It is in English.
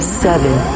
seven